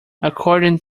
according